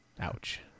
Ouch